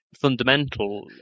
fundamental